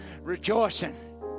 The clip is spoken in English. rejoicing